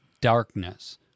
darkness